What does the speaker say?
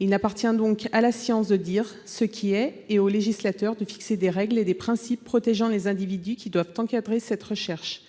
Il appartient donc à la science de dire ce qui est et au législateur de fixer des règles et des principes qui doivent encadrer cette recherche pour protéger les individus.